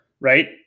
right